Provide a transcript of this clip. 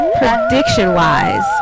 Prediction-wise